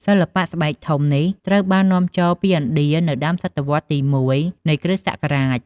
សិល្បៈស្បែកនេះ ត្រូវបាននាំចូលពីឥណ្ឌានៅដើមសតវត្សទី១ នៃគ្រិស្តសករាជ។